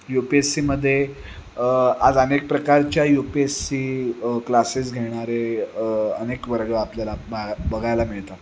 you P S सीमध्ये आज अनेक प्रकारच्या U P S C classes घेणारे अनेक वर्ग आपल्याला बा बघायला मिळतात